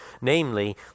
namely